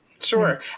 Sure